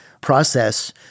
process